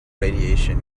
radiation